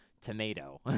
tomato